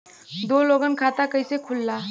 दो लोगक खाता कइसे खुल्ला?